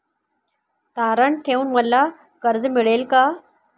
तारण ठेवून मला कर्ज मिळेल का?